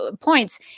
points